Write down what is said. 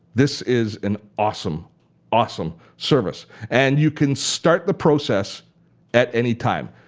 this is an awesome awesome service. and you can start the process at any time.